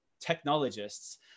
technologists